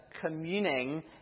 communing